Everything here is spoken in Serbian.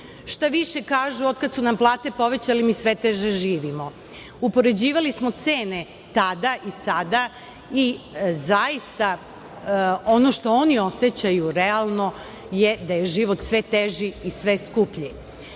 Šta više, kažu – od kad su nam plate povećali mi sve teže živimo. Upoređivali smo cene tada i sada i zaista ono što oni osećaju, realno, je da je život sve teži i sve skuplji.